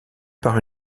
par